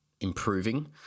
improving